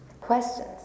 Questions